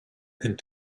and